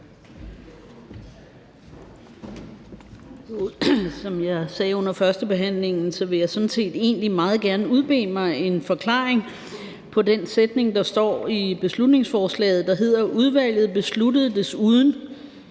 Som jeg sagde under førstebehandlingen, vil jeg sådan set egentlig meget gerne udbede mig en forklaring på den sætning, der står i beslutningsforslaget, hvor der står: »Udvalget besluttede desuden«